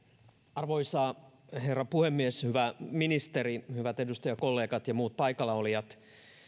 arvoisa herra puhemies hyvä ministeri hyvät edustajakollegat ja muut paikallaolijat